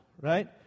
right